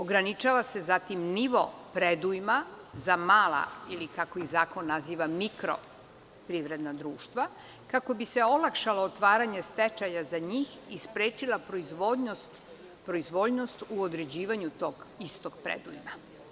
Ograničava se zatim nivo predujma za mala ili kako ih zakon naziva „mikro“ privredna društva, kako bi se olakšalo otvaranje stečaja za njih i sprečila proizvoljnost određivanju tog istog predujma.